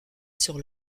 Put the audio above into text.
sur